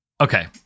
Okay